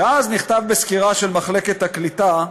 ואז נכתב בסקירה של מחלקת הקליטה: